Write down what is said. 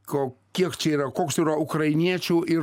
ko kiek čia yra koks yra ukrainiečių ir